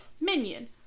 Minion